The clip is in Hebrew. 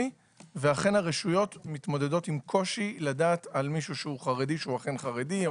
ואכן הרשויות מתמודדות עם קושי לדעת על מישהו שהוא אכן חרדי.